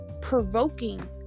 provoking